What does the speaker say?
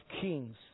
kings